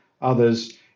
others